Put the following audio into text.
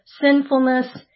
sinfulness